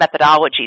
methodologies